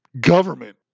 government